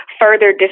further